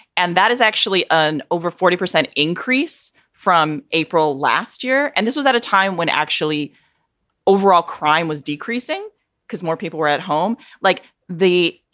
and that is actually an over forty percent increase from april last year. and this was at a time when actually overall crime was decreasing decreasing because more people were at home, like the.